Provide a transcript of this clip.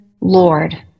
Lord